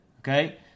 okay